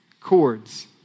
chords